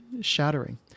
shattering